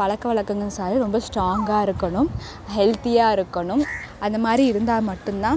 பழக்க வழக்கங்கள் சரி ரொம்ப ஸ்ட்ராங்காக இருக்கணும் ஹெல்த்தியாக இருக்கணும் அந்த மாதிரி இருந்தால் மட்டும் தான்